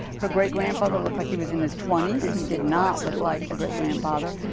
her great-grandfather looked like he was in his twenty s. he did not look like a great-grandfather,